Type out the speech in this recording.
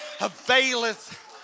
availeth